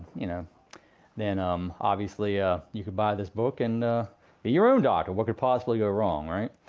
you know then um obviously ah you could buy this book and be your own doctor. what could possibly go wrong, right?